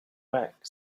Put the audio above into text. back